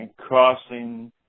crossing